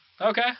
Okay